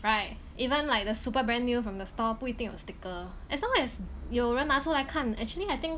right even like the super brand new from the store 不一定有 sticker as long as 有人拿出来看 actually I think